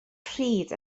pryd